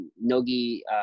nogi